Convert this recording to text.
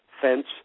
fence